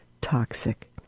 toxic